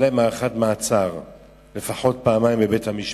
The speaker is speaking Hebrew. היתה להם הארכת מעצר לפחות פעמיים בבית-המשפט,